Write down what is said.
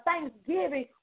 thanksgiving